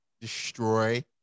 destroy